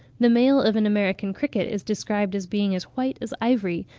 the male of an american cricket is described as being as white as ivory,